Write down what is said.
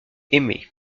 aimé